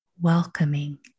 welcoming